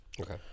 Okay